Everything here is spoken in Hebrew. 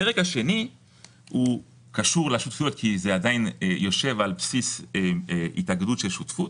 הפרק השני קשור לשותפויות כי זה עדיין יושב על בסיס התאגדות של שותפות.